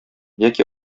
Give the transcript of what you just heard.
яки